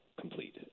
complete